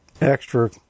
extra